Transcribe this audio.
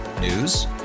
News